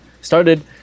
started